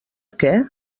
què